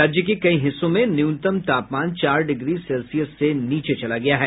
राज्य के कई हिस्सों में न्यूनतम तापमान चार डिग्री सेल्सियस से नीचे चला गया है